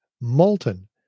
molten